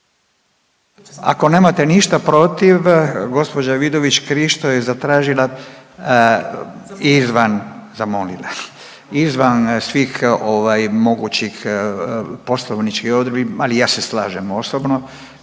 Ako nemate ništa protiv gospođa Vidović Krišto je zatražila izvan, zamolila, izvan svih ovaj mogućih poslovničkih odredbi, ali ja se slažem osobno